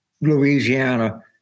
Louisiana